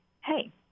hey